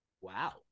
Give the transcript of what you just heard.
Wow